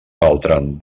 beltran